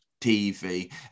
TV